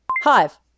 Hive